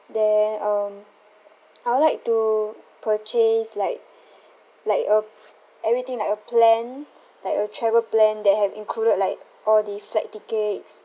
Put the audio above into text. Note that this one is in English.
then um I will like to purchase like like a everything like a plan like a travel plan that have included like all the flight tickets